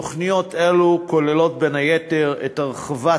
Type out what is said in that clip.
תוכניות אלו כוללות, בין היתר, את הרחבת